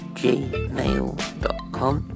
gmail.com